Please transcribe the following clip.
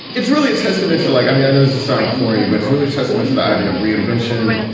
it's really a testament to like i mean, i know this is sound corny, but it's really a testament to the idea of reinvention,